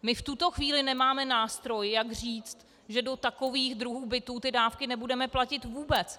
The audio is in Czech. My v tuto chvíli nemáme nástroj, jak říct, že do takových druhů bytů ty dávky nebudeme platit vůbec!